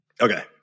Okay